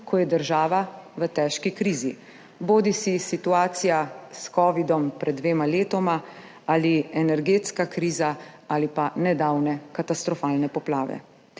ko je država v težki krizi, bodisi situacija s covidom pred dvema letoma ali energetska kriza ali pa nedavne katastrofalne poplave.